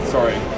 Sorry